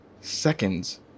seconds